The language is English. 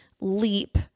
leap